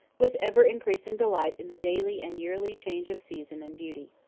with ever-increasing delight in the daily and yearly change of season and beauty.